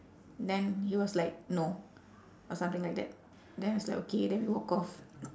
then he was like no or something like that then it was like okay then we walk off